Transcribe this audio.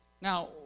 Now